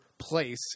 place